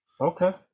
Okay